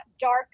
dark